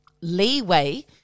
leeway